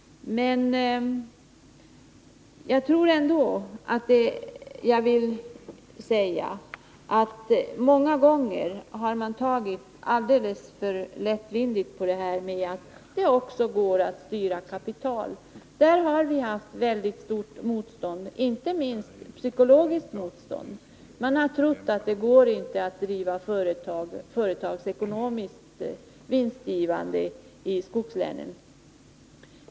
Jag tror ändå att man många gånger har tagit alldeles för lättvindigt på att det också går att styra kapital. På den punkten har vi mött väldigt starkt motstånd, inte minst psykologiskt motstånd. Man har trott att det inte går att driva företag på ett företagsekonomiskt vinstgivande sätt i skogslänen.